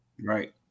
Right